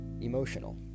emotional